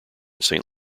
saint